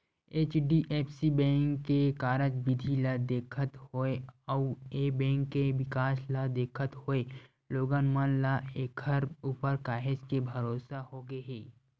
HDFC bank के कारज बिधि ल देखत होय अउ ए बेंक के बिकास ल देखत होय लोगन मन ल ऐखर ऊपर काहेच के भरोसा होगे हे